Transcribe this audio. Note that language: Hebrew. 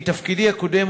מתפקידי הקודם,